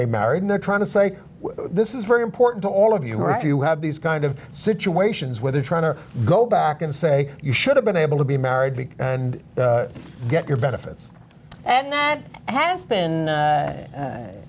they married they're trying to say this is very important to all of you who are if you have these kind of situations where they're trying to go back and say you should have been able to be married big and get your benefits and that has been